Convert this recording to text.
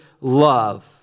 love